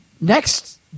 next